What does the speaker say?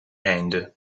einde